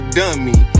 dummy